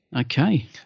Okay